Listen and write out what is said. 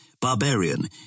Barbarian